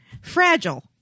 Fragile